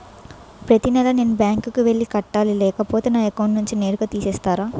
ప్రతి నెల నేనే బ్యాంక్ కి వెళ్లి కట్టాలి లేకపోతే నా అకౌంట్ నుంచి నేరుగా తీసేస్తర?